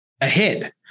ahead